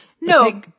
No